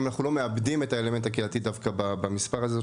האם אנחנו לא מאבדים את האלמנט הקהילתי דווקא במספר הזה?